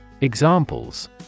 Examples